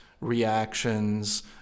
reactions